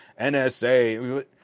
NSA